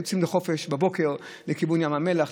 היו יוצאים לחופש בבוקר לכיוון ים המלח,